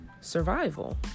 survival